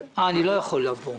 אה, אני לא יכול לבוא.